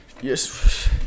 Yes